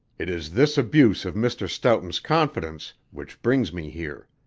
it is this abuse of mr. stoughton's confidence which brings me here.